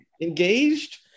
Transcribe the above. engaged